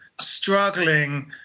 struggling